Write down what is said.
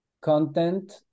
content